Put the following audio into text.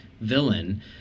villain